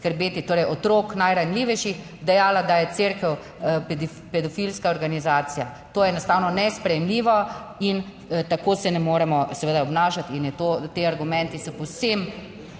skrbeti, torej otrok, najranljivejših, dejala da je cerkev pedofilska organizacija. To je enostavno nesprejemljivo in tako se ne moremo seveda obnašati. In to, ti argumenti so povsem